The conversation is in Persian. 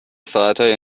ساعتای